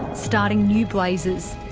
starting new blazes,